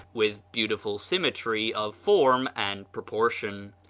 with beautiful symmetry of form and proportion,